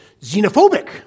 xenophobic